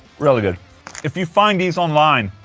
really good if you find these online,